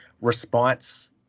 response